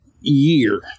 year